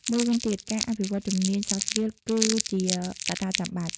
មួយវិញទៀត ការអភិវឌ្ឍជំនាញ soft skill គឺជាកត្តាចាំបាច់។